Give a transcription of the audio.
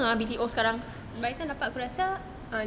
by the time dapat aku rasa um